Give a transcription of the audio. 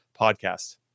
podcast